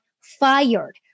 fired